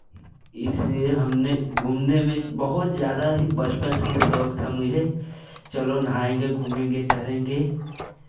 इसीलिए हमने घूमने में बहुत ज़्यादा ही बचपन से ही शौक था मुझे चलो नहाएँगे घूमेंगे टहलेंगे